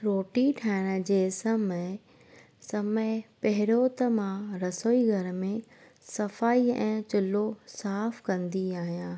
रोटी ठाहिण जे समय समय पहिरियों त मां रसोई घर में सफ़ाई ऐं चूल्हो साफ़ु कंदी आहियां